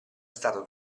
stato